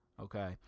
Okay